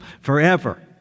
forever